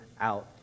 out